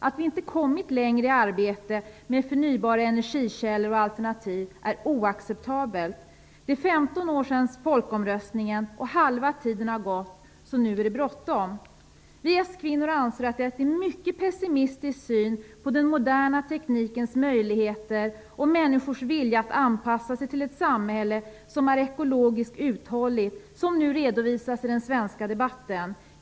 Att vi inte kommit längre i arbetet med förnybara energikällor och alternativ är oacceptabelt. Det är 15 år sedan folkomröstningen genomfördes, och halva tiden till år 2010 har gått, så nu är det bråttom. Vi s-kvinnor anser att det är en mycket pessimistisk syn på den moderna teknikens möjligheter och människors vilja att anpassa sig till ett ekologiskt uthålligt samhälle som nu redovisas i den svenska debatten.